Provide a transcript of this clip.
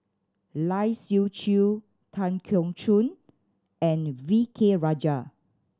Lai Siu Chiu Tan Keong Choon and V K Rajah